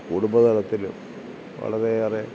കുടുംബ തലത്തിലും വളരെയേറെ